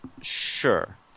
Sure